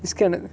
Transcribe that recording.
this kind of